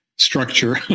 structure